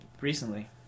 recently